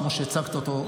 כמו שהצגת אותו,